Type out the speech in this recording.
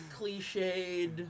cliched